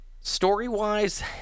story-wise